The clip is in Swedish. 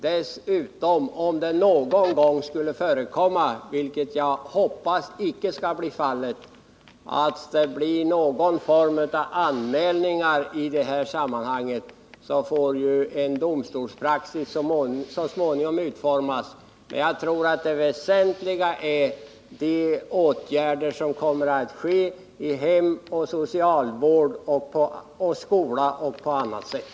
Dessutom får — om det skulle komma några anmälningar i detta sammanhang, vilket jag hoppas inte skall bli fallet —en domstolspraxis så småningom utformas. Det väsentliga är emellertid de åtgärder som kommer att vidtas i hem, socialvård, skola och på annat håll.